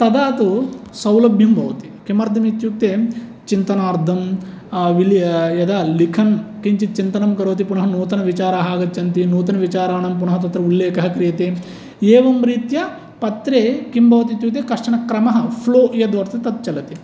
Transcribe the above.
तदा तु सौलभ्यं भवति किमर्थम् इत्युक्ते चिन्तनार्थं यदा लिखन् किञ्चित् चिन्तनं करोति पुनः नूतनविचाराः आगच्छन्ति नूतनविचाराणां पुनः तत्र उल्लेखः क्रियते एवं रीत्या पत्रे किं भवति इत्युक्ते कश्चन क्रमः फ्लो यद् वर्तते तत् चलति